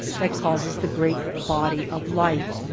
that causes the great body of light.